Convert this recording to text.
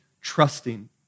trusting